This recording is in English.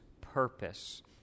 purpose